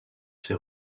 ses